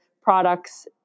products